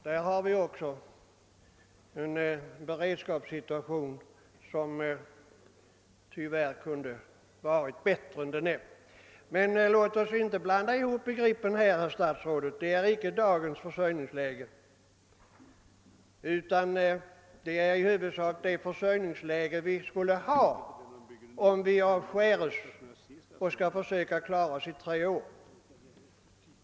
Där har vi också en beredskapssituation som tyvärr kunde ha varit bättre än den är. Men låt oss inte blanda ihop begreppen, herr statsråd. Det är inte dagens försörjningsläge, utan det är i huvudsak fråga om det försörjningsläge vi får om vi avskärs och skall försöka klara oss i tre år.